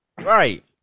right